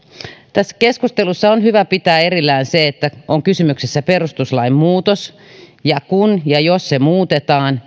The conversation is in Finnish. tässä keskustelussa on hyvä pitää erillään se että on kysymyksessä perustuslain muutos ja kun ja jos sitä muutetaan